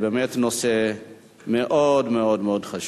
זה באמת נושא מאוד מאוד מאוד חשוב.